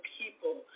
people